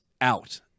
out